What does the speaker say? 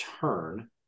turn